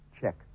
Check